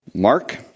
Mark